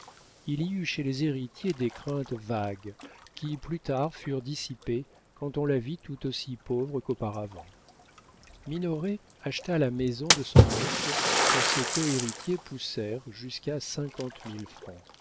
il y eut chez les héritiers des craintes vagues qui plus tard furent dissipées quand on la vit tout aussi pauvre qu'auparavant minoret acheta la maison de son oncle que ses cohéritiers poussèrent jusqu'à